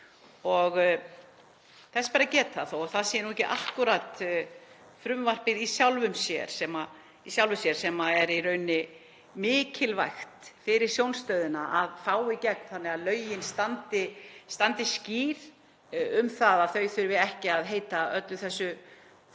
Þess ber að geta — þótt það sé ekki akkúrat frumvarpið í sjálfu sér sem er í rauninni mikilvægt fyrir Sjónstöðina að fá í gegn þannig að lögin standi skýr um það að hún þurfi ekki að heita öllu þessu 13